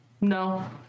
No